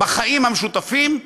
בחיים המשותפים,